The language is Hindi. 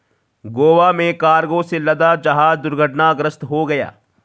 गोवा में कार्गो से लदा जहाज दुर्घटनाग्रस्त हो गया